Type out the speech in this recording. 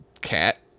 cat